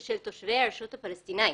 כשל תושבי הרשות הפלסטינית".